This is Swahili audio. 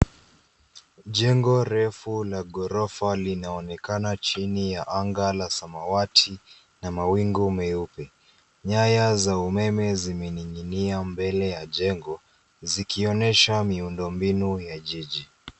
Jengo refu la ghorofa linaonekana chini ya anga la samawati na mawingu meupe. Nyaya za umeme zimening'inia mbele ya jengo zikionesha miundombinu ya jiji.